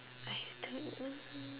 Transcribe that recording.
I don't know